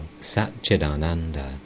satchidananda